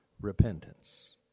repentance